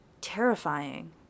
terrifying